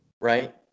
right